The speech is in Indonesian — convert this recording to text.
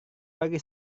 pagi